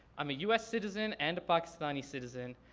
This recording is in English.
i'm a us citizen and a pakistani citizen.